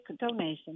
donation